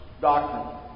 doctrine